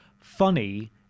funny